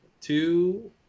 two